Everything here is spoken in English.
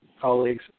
colleagues